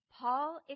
Paul